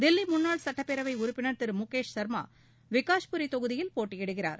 தில்லி முன்னாள் சுட்டப் பேரவை உறுப்பினர் திரு முகேஷ் சர்மா விகாஷ்புரி தொகுதியில் போட்டியிடுகிறார்